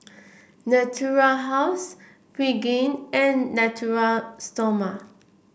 Natura House Pregain and Natura Stoma